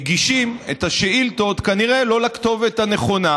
מגישים את השאילתות כנראה לא לכתובת הנכונה,